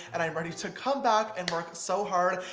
and i am ready to come back and work so hard,